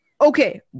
okay